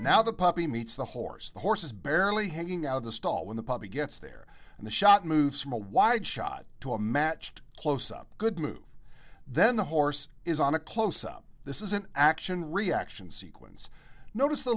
now the puppy meets the horse the horse is barely hanging out of the stall when the puppy gets there and the shot moves from a wide shot to a matched close up good move then the horse is on a close up this is an action reaction sequence notice